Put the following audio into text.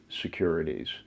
securities